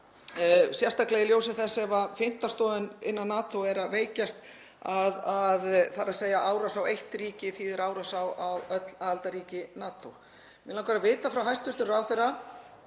sérstaklega í ljósi þess ef fimmta stoðin innan NATO er að veikjast, þ.e. að árás á eitt ríki þýði árás á öll aðildarríki NATO. Mig langar að vita frá hæstv. ráðherra